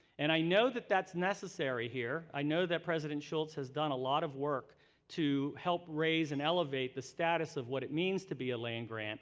and i know that that's necessary here i know that president schulz has done a lot of work to help raise and elevate the status of what it means to be a land-grant.